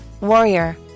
Warrior